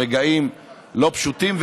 ברגעים לא פשוטים,